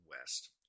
West